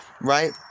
Right